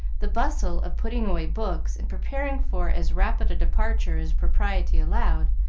the bustle of putting away books and preparing for as rapid a departure as propriety allowed,